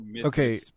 okay